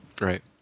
Right